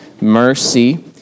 mercy